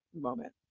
moment